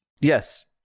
Yes